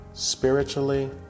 Spiritually